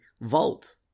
vault